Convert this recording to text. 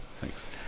Thanks